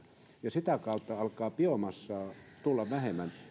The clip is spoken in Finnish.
ja sitä kautta alkaa biomassaa tulla vähemmän